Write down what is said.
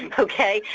and okay.